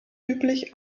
üblich